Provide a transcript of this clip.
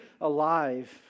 alive